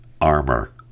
armor